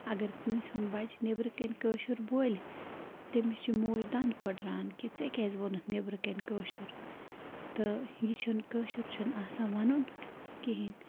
اگر کٲنٛسہِ ہُند بچہٕ نٮ۪برٕ کَنہِ کٲشُر بولہِ تٔمِس چھِ موج دند فٕدران کہِ ژےٚ کیٛازِ وُنُتھ نٮ۪برٕ کَنہِ کٲشُر تہٕ یہِ چھُنہٕ کٲشُر چھُنہٕ آسان وَنُن کِہیٖنۍ